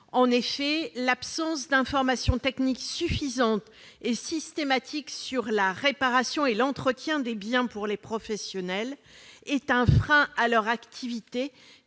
L'absence d'informations techniques suffisantes et systématiques sur la réparation et l'entretien des biens pour les professionnels est un frein à leur activité.